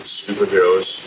superheroes